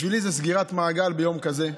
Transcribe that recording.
בשבילי זו סגירת מעגל ביום כזה,